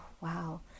wow